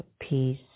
peace